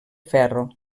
ferro